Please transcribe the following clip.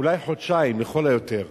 חודשיים לכל היותר,